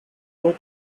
pope